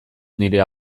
nire